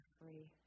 free